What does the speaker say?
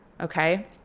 Okay